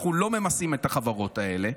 אנחנו לא ממסים את החברות האלה.